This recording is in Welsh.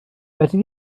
fedri